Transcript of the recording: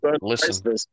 listen